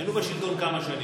היינו בשלטון כמה שנים.